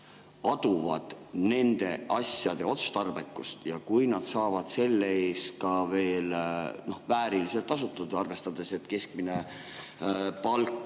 aduvad nende asjade otstarbekust. Kui nad saavad selle eest ka veel vääriliselt tasutud, arvestades, et keskmine palk